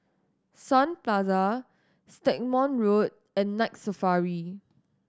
Sun Plaza Stagmont Road and Night Safari